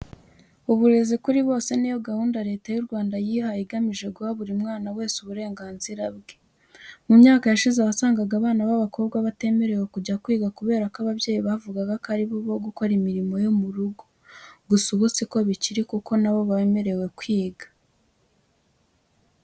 Uburezi kuri bose ni yo gahunda Leta y'u Rwanda yihaye igamije guha buri mwana wese uburenganzira bwe. Mu myaka yashize wasangaga abana b'abakobwa batemerewe kujya kwiga kubera ko ababyeyi bavugaga ko ari abo gukora imirimo yo mu rugo. Gusa ubu si ko bikiri kuko na bo bemerewe kwiga.